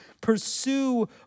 pursue